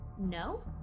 No